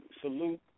Salute